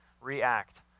react